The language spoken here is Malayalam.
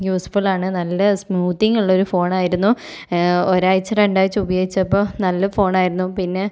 യൂസ്ഫുള്ളാണ് നല്ല സ്മൂത്തിങ്ങുള്ള ഒരു ഫോണായിരുന്നു ഒരാഴ്ച രണ്ടാഴ്ച ഉപയോഗിച്ചപ്പോൾ നല്ല ഫോണായിരുന്നു പിന്നെ